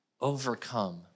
overcome